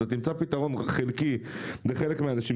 אתה תמצא פתרון חלקי לחלק מהאנשים.